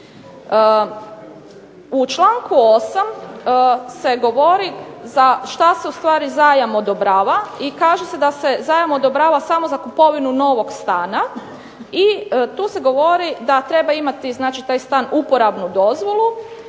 U čl. 8. se govori za što se ustvari zajam odobrava i kaže se da se zajam odobrava samo za kupovinu novog stana i tu se govori da treba imati znači taj stan uporabnu dozvolu